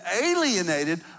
alienated